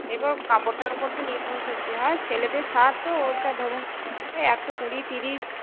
এবার কাপড়টার উপর তো নির্ভর করতে হয় আর ছেলেদের শার্ট তো ওটা ধরুন ওই একশো কুড়ি তিরিশ